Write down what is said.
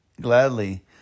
gladly